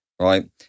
right